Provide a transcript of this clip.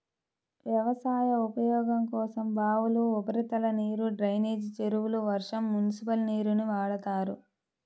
వ్యవసాయ ఉపయోగం కోసం బావులు, ఉపరితల నీరు, డ్రైనేజీ చెరువులు, వర్షం, మునిసిపల్ నీరుని వాడతారు